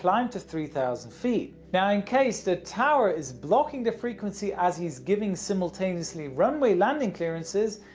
climb to three thousand feet! now, in case the tower is blocking the frequency as he's giving simultaneously runway landing clearances,